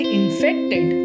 infected